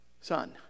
son